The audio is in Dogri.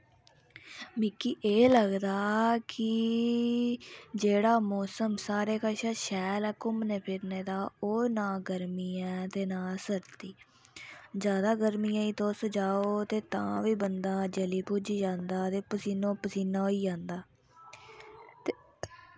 मिगी एह् लगदा की जेह्ड़ा मौसम शैल ऐ घुम्मनै दा ते ओह् ना गर्मी ऐ ते ना कोई सर्दी ते जादै गर्मियें च तुस जाओ ते तां बी बंदा जली भुज्जी जंदा ते पसीनो पसीना होई जंदा